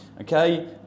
Okay